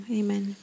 amen